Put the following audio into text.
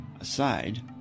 aside